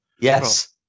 Yes